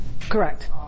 Correct